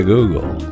Google